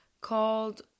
called